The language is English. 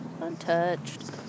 untouched